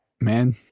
man